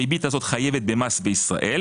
הריבית הזו חייבת במס בישראל.